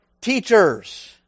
teachers